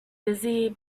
busy